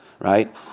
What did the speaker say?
right